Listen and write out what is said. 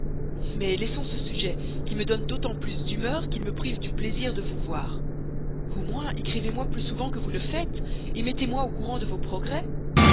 mais laissons ce sujet qui me donne d'autant plus d'humeur qu'il me prive du plaisir de vous voir au moins écrivez-moi plus souvent que vous ne faites mettez-moi au courant de vos progrès